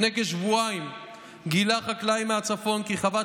לפני כשבועיים גילה חקלאי מהצפון כי חוות